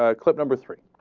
ah clip number three.